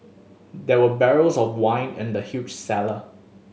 there were barrels of wine in the huge cellar